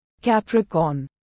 Capricorn